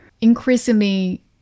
increasingly